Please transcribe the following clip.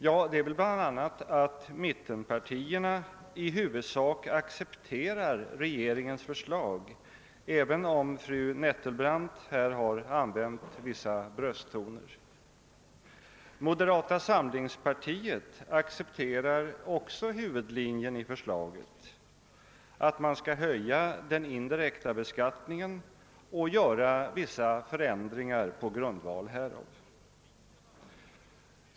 Ja, det är väl bl.a. att mittenpartierna i huvudsak accepterar regeringens förslag, även om fru Nettelbrandt här har tagit till brösttoner. Moderata samlingspartiet accepterar också huvudlinjen i förslaget, att man skall höja den indirekta beskattningen och göra vissa förändringar på grundval härav.